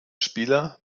spieler